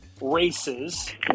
races